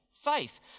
faith